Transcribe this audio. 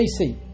JC